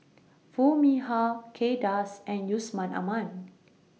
Foo Mee Har Kay Das and Yusman Aman